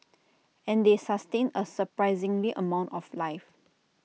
and they sustain A surprising amount of life